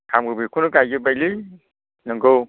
आंबो बेखौनो गायजोबबायलै नंगौ